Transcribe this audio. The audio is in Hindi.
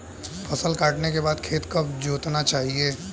फसल काटने के बाद खेत कब जोतना चाहिये?